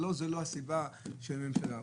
שבגללו זה לא הסיבה שהממשלה מתחלפת?